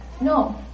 No